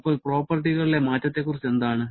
ഇപ്പോൾ പ്രോപ്പർട്ടികളിലെ മാറ്റത്തെക്കുറിച്ച് എന്താണ്